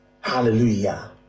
Hallelujah